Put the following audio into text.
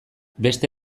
beste